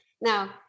Now